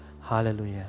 Hallelujah